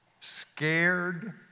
scared